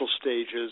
stages